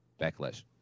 Backlash